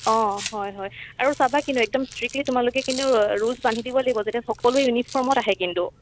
অঁ হয় হয় আৰু চাবা কিন্তু একদম ষ্ট্ৰীকলি তোমালোকে কিন্তু ৰুলছ বান্ধি দিব লাগিব যাতে সকলোৱে ইউনিফৰ্মত আহে কিন্তু